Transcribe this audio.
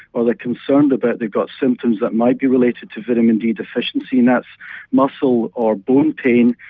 or they're concerned about they've got symptoms that might be related to vitamin d deficiency and that's muscle or bone pain,